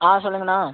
ஆ சொல்லுங்கண்ணா